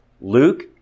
Luke